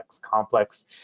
complex